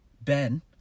Ben